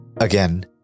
Again